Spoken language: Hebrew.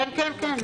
כן, כן, כן.